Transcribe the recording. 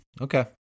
Okay